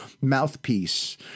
mouthpiece